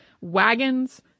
wagons